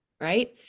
right